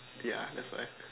yeah that's why